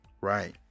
Right